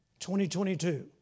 2022